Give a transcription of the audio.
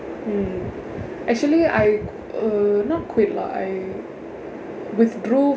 hmm actually I err not quit lah I withdrew